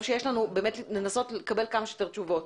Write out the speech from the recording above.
שיש לנו לנסות לקבל כמה שיותר תשובות.